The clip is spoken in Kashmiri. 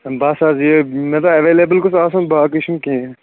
بس حظ یہِ مےٚ دوٚپ ایویلیبٕل گوٚژھ آسُن باقٕے چُھنہٕ کِہیٖنۍ